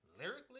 lyrically